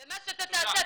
ומה שאתה תעשה,